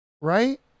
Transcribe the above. Right